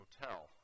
hotel